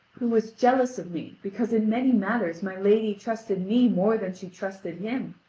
who was jealous of me because in many matters my lady trusted me more than she trusted him,